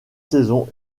saisons